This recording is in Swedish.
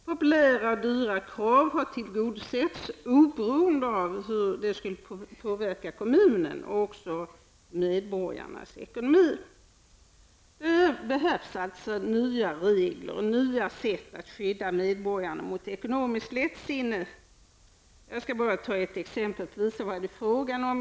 Populära men dyra krav har uppfyllts oavsett hur kommunens och medborgarnas ekonomi påverkats. Det behövs alltså nya regler och nya sätt att skydda medborgarna mot ekonomiskt lättsinne. Låt mig bara ge ett exempel för att visa vad det är fråga om.